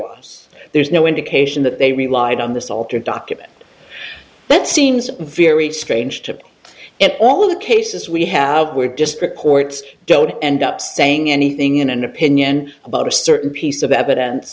us there's no indication that they relied on this altered document that seems very strange to me and all of the cases we have where district courts don't end up saying anything in an opinion about a certain piece of evidence